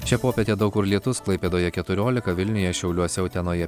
šią popietę daug kur lietus klaipėdoje keturiolika vilniuje šiauliuose utenoje